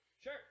Sure